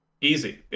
easy